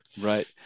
Right